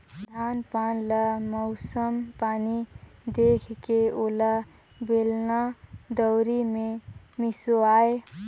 धान पान ल मउसम पानी देखके ओला बेलना, दउंरी मे मिसवाए